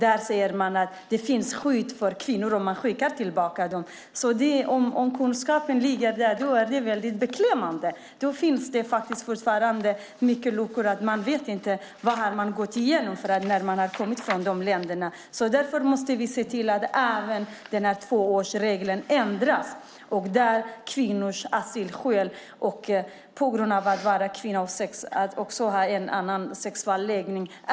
Där säger man att det finns skydd för kvinnor om de skickas tillbaka. Om kunskapen ligger där är det väldigt beklämmande. Då finns det fortfarande många luckor. Man vet inte vad människor har gått igenom som har kommit från de länderna. Därför måste vi se till att tvåårsregeln ändras. Det handlar om kvinnors asylskäl på grund av att de är kvinnor och också om dem som har en annan sexuell läggning.